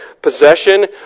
possession